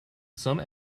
some